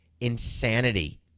insanity